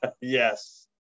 yes